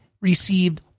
received